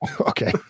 Okay